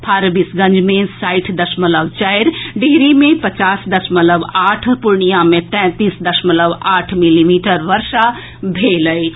फारबिसगंज मे साठि दशमलव चारि डिहरी मे पचास दशमलव आठ आ पूर्णिया मे तैंतीस दशमलव आठ मिलीमीटर वर्षा भेल अछि